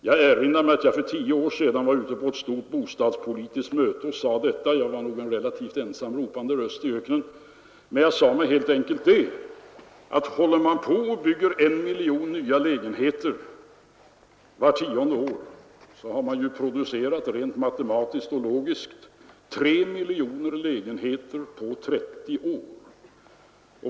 Jag erinrar mig att jag för tio år sedan på ett stort bostadspolitiskt möte sade — det var en relativt ensam ropandes röst i öknen — att om man håller på och bygger en miljon nya lägenheter på tio år, så producerar man rent matematiskt och logiskt tre miljoner lägenheter på 30 år.